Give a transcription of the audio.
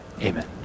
Amen